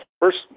first